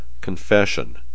confession